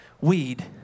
weed